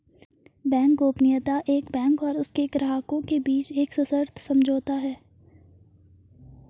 bank गोपनीयता एक bank और उसके ग्राहकों के बीच एक सशर्त समझौता है